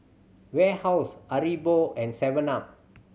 Warehouse Haribo and seven up